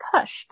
pushed